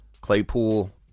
Claypool